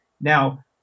Now